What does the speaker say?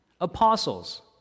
Apostles